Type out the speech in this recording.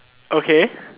okay